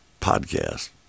podcast